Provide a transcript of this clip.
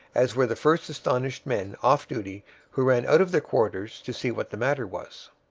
as were the first astonished men off duty who ran out of their quarters to see what the matter was.